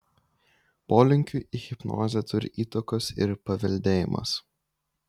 polinkiui į hipnozę turi įtakos ir paveldėjimas